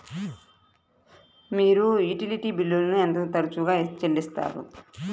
మీరు యుటిలిటీ బిల్లులను ఎంత తరచుగా చెల్లిస్తారు?